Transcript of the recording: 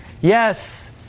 Yes